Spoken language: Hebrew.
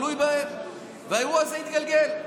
האירוע הזה יתגלגל.